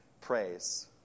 praise